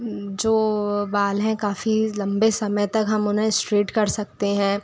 जो बाल हैं काफ़ी लंबे समय तक हम उन्हें इश्ट्रेट कर सकते हैं